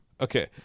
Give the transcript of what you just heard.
okay